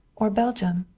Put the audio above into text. or belgium.